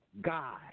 God